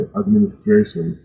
administration